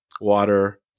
water